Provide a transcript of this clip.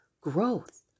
growth